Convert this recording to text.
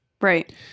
Right